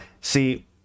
see